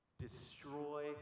destroy